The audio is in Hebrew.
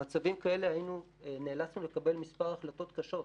במצבים כאלה נאלצנו לקבל מספר החלטות קשות.